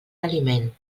aliment